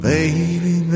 Baby